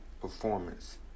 performance